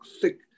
thick